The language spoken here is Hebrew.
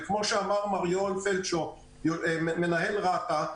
כמו שאמר מר יואל פלדשו מנהל רת"ע,